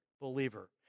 believer